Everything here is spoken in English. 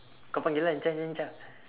kau panggil lah lincah lincah lincah